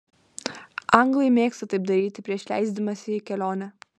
anglai mėgsta taip daryti prieš leisdamiesi į kelionę